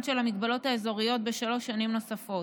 של ההגבלות האזוריות בשלוש שנים נוספות,